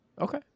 okay